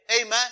Amen